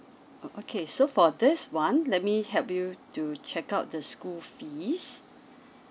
oh okay so for this [one] let me help you to check out the school fees